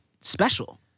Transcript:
special